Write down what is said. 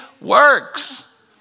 works